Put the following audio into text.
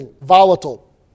volatile